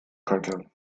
könnte